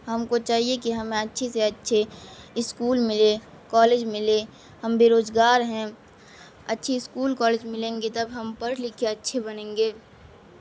ہم کو چاہیے کہ ہمیں اچھے سے اچھے اسکول ملے کالج ملے ہم بے روزگار ہیں اچھی اسکول کالج ملیں گے تب ہم پڑھ لکھ کے اچھے بنیں گے